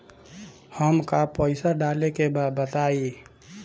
हमका पइसा डाले के बा बताई